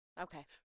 Okay